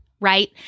right